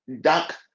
dark